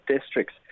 districts